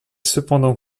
cependant